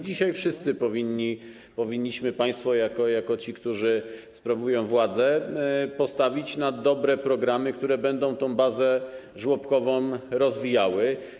Dzisiaj wszyscy powinniśmy, państwo jako ci, którzy sprawują władzę, postawić na dobre programy, które będą tę bazę żłobkową rozwijały.